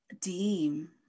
deem